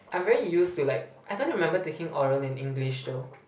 I'm very use to like I don't remember taking oral in English though